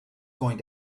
going